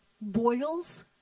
Boils